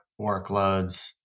workloads